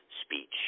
speech